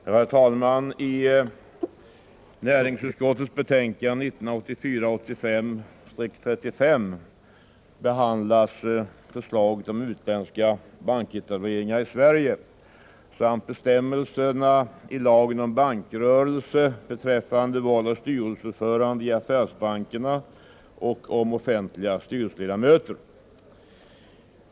Herr talman! I näringsutskottets betänkande 1984/85:35 behandlas förslaget om utländska banketableringar i Sverige samt bestämmelserna i lagen om bankrörelse beträffande val av styrelseordförande i affärsbankerna och om offentliga styrelseledamöter.